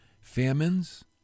famines